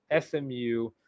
SMU